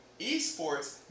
esports